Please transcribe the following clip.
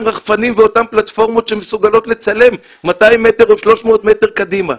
רחפנים ואותן פלטפורמות שמסוגלות לצלם 200 מטר או 300 מטר קדימה.